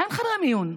אין חדרי מיון.